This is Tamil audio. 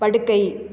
படுக்கை